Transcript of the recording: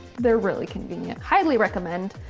they're really convenient. highly recommend.